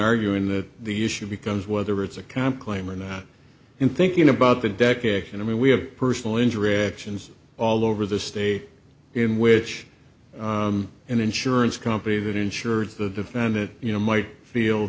arguing that the issue becomes whether it's a compliment in thinking about the deck and i mean we have personal interactions all over the state in which an insurance company that insures the defendant you know might feel